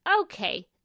okay